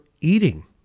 eating